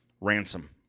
Ransom